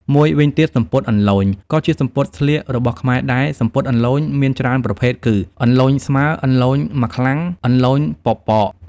មួយវិញទៀតសំពត់ «អន្លូញ» ក៏ជាសំពត់ស្លៀករបស់ខ្មែរដែរសំពត់អន្លូញមានច្រើនប្រភេទគឺ អន្លូញស្មើ, អន្លូញមក្លាំ, អន្លូញប៉ប៉ក។